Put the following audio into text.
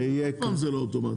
אף פעם זה לא אוטומטי.